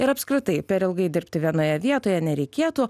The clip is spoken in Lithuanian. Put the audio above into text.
ir apskritai per ilgai dirbti vienoje vietoje nereikėtų